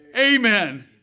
Amen